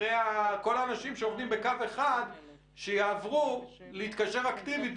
שכל האנשים שעובדים בקו 1 שיעברו להתקשר אקטיבית,